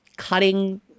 Cutting